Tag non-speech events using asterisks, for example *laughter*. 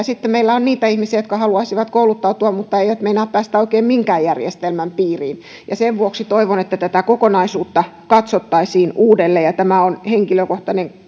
*unintelligible* sitten meillä on niitä ihmisiä jotka haluaisivat kouluttautua mutta eivät meinaa päästä oikein minkään järjestelmän piiriin sen vuoksi toivon että tätä kokonaisuutta katsottaisiin uudelleen ja tämä on henkilökohtainen *unintelligible*